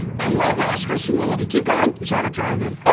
i love oscar's humility, keep going. is that a drive in?